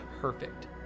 perfect